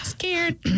scared